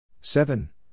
seven